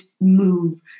move